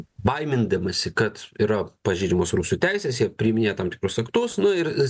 baimindamasi kad yra pažeidžiamos rusų teisės jie priminė tam tikrus aktus nu ir